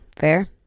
fair